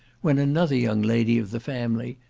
when another young lady of the family,